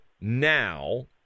now